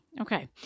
Okay